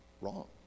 wrong